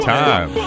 time